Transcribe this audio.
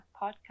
podcast